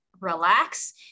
relax